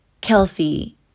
Kelsey